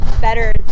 better